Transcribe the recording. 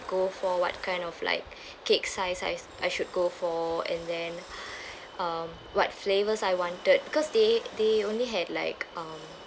go for what kind of like cake size I s~ I should go for and then um what flavors I wanted because they they only had like um